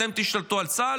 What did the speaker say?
אתם תשתלטו על צה"ל?